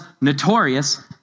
notorious